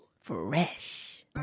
Fresh